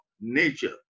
nature